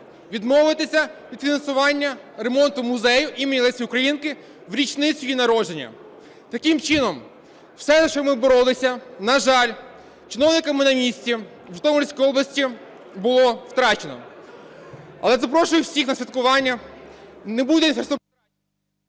Відмовитися від фінансування ремонту музею імені Лесі України в річницю її народження. Таким чином, все, за що ми боролися, на жаль, чиновниками на місці в Житомирській області було втрачено. Але запрошую всіх на святкування…